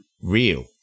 real